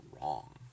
wrong